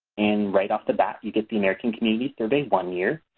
and right off the bat you can see american community survey one year.